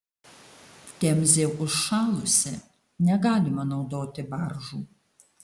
temzė užšalusi negalima naudoti baržų